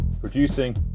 producing